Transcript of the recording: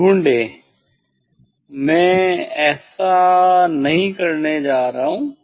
ढूंढे मैं ऐसा नहीं करने जा रहा हूं